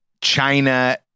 China